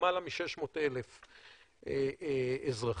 למעלה מ-600,000 אזרחים.